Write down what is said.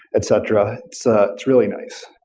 etc. so it's really nice.